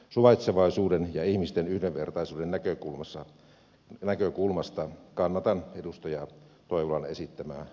suvaitsevaisuuden ja ihmisten yhdenvertaisuuden näkökulmasta kannatan edustaja toivolan esittämää vastalausetta